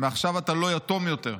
מעכשיו אתה לא יתום יותר.